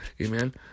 Amen